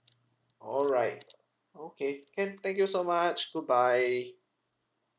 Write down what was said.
alright okay can thank you so much good bye